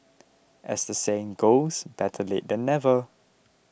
as the saying goes better late than never